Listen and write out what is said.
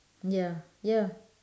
ya ya